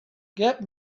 get